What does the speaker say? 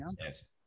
Yes